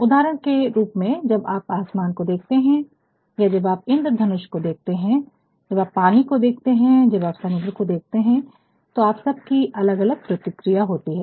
उदाहरण के रूप में जब आप आसमान को देखते हैं या जब आप इंद्रधनुष को देखते हैं जब आप पानी को देखते हैं जब आप समुद्र को देखते हैं तो आप सब की अलग अलग प्रतिक्रिया होती है